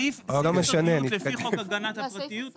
סעיף סודיות לפי חוק הגנת הפרטיות אומר,